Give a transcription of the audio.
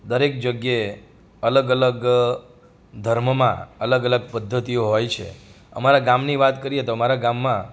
દરેક જગ્યાએ અલગ અલગ ધર્મમાં અલગ અલગ પદ્ધતિઓ હોય છે અમારાં ગામની વાત કરીએ તો અમારાં ગામમાં